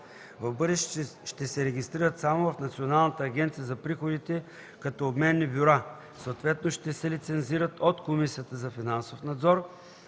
в бъдеще ще се регистрират само в Националната агенция за приходите като обменни бюра, съответно ще се лицензират от Комисията за финансов надзор